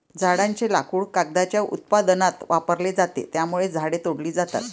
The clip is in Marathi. झाडांचे लाकूड कागदाच्या उत्पादनात वापरले जाते, त्यामुळे झाडे तोडली जातात